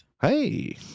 Hey